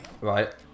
Right